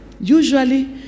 Usually